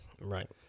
Right